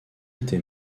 été